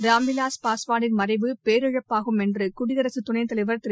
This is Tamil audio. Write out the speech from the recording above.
ராம்விலாஸ் பஸ்வனின் மறைவு பேரிழப்பாகும் என்று குடியரசு துணைத் தலைவர் திரு